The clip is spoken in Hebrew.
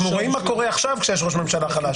אנחנו רואים מה קורה עכשיו כשיש ראש ממשלה חלש,